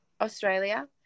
Australia